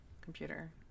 computer